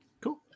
Cool